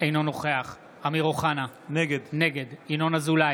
אינו נוכח אמיר אוחנה, נגד ינון אזולאי,